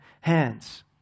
hands